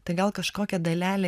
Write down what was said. tai gal kažkokią dalelę